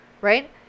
right